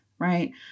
Right